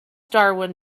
darwin